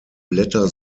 blätter